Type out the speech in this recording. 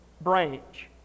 branch